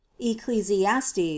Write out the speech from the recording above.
Ecclesiastes